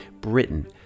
Britain